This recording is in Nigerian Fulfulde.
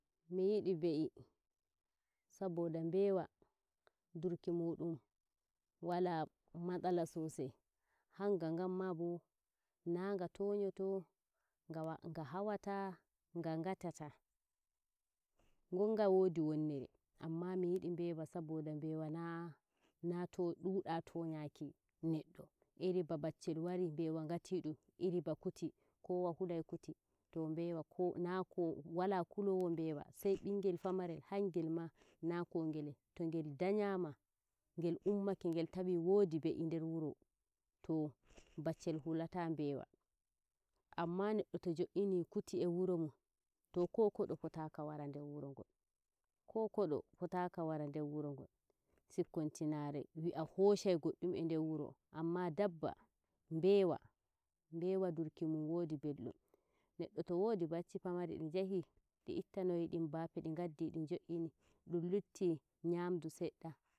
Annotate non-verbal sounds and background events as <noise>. miyiɗi be'i saboda <noise> nɓeewa durki muuɗum wala matsala sosai, hanga ngan ma bo, na nga to nyoto nga hawata, nga ngatata Ngonga woodi wonnore anma mi yidi nbawa saboda nɓawa naa- duda tonyanki moddo iri ba bavel wari ɓewa ngati dum iri ba kuti kowa hulai kuti to nbewa ko- na- ko wala kulowo nbawa sai bingel pamarel hangel na ko ngde to ngel danyama ngel ummake ngel tawi wodi boi nder wuro too bavel hulatu nbewa. Anma neddo to jo'ini kuti e wurmun to ko kodo fotaka wava nder wurongo ko kodo fataaka wava nder wuro ngon sikkon ti naare wi'ah hoshai goddun nder wuro ngon wuro anma dabba nbewa nbewa durki uun wodi beldum neddo to wodi bavi pamari di ngahi di itta no yidum baafe dingaɗɗi di jo'ini dum hulti nyamdu sedɗa.